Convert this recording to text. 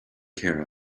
care